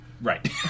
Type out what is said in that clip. Right